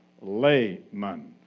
layman